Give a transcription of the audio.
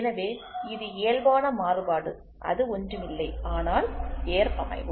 எனவே அது இயல்பான மாறுபாடு அது ஒன்றுமில்லை ஆனால் ஏற்பமைவு